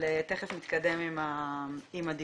תכף נתקדם עם הדיווח.